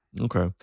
Okay